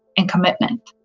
and commitment.